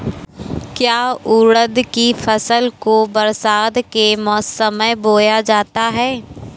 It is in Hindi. क्या उड़द की फसल को बरसात के समय बोया जाता है?